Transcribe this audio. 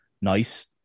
nice